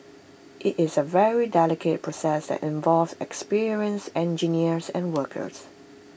IT is A very delicate process that involves experienced engineers and workers